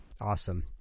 Awesome